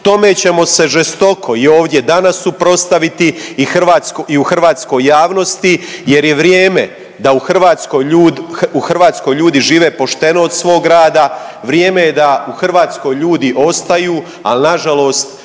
Tome ćemo se žestoko i ovdje danas suprotstaviti i u hrvatskoj javnosti, jer je vrijeme da u Hrvatskoj ljudi žive pošteno od svog rada. Vrijeme je da u Hrvatskoj ljudi ostaju, ali na žalost